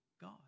God